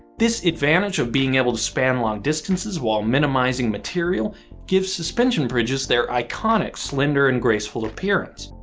this advantage of being able to span long distances while minimizing material gives suspension bridges their iconic slender and graceful appearance.